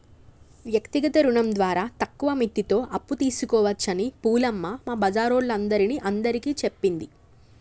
వ్యక్తిగత రుణం ద్వారా తక్కువ మిత్తితో అప్పు తీసుకోవచ్చని పూలమ్మ మా బజారోల్లందరిని అందరికీ చెప్పింది